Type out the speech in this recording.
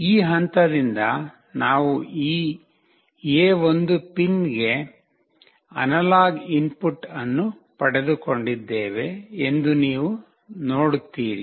ಈ ಹಂತದಿಂದ ನಾವು ಈ A1 ಪಿನ್ಗೆ ಅನಲಾಗ್ ಇನ್ಪುಟ್ ಅನ್ನು ಪಡೆದುಕೊಂಡಿದ್ದೇವೆ ಎಂದು ನೀವು ನೋಡುತ್ತೀರಿ